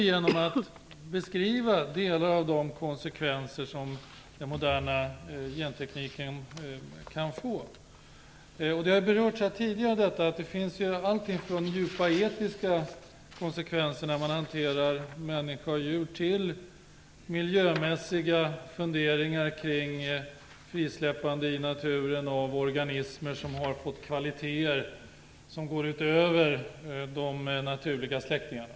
Vi beskriver delar av de konsekvenser som den moderna gentekniken kan få. Som tidigare har berörts finns här allting från djupa etiska konsekvenser, när man hanterar människor och djur, till miljömässiga funderingar kring frisläppande i naturen av organismer som har fått kvaliteter som går utöver de naturliga släktingarnas.